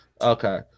Okay